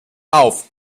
auf